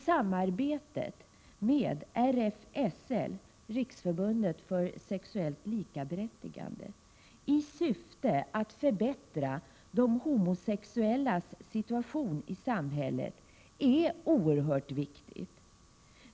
Samarbetet med RFSL, Riksförbundet för sexuellt likaberättigande, i syfte att förbättra de homosexuellas situation i samhället är oerhört viktigt.